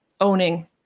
owning